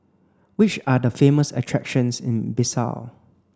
which are the famous attractions in Bissau